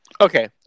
okay